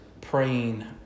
praying